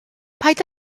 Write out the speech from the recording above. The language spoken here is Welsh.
paid